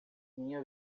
minha